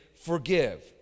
forgive